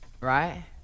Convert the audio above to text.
right